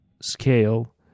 scale